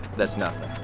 that's nothing.